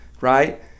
right